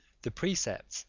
the precepts,